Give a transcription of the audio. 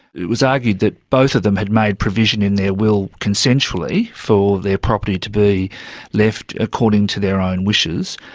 it was argued that both of them had made provision in their will consensually for their property to be left according to their own wishes,